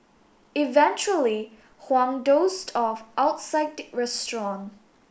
eventually Huang dozed off outside the restaurant